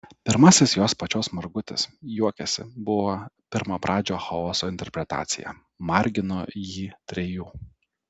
pirmasis jos pačios margutis juokiasi buvo pirmapradžio chaoso interpretacija margino jį trejų